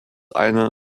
eine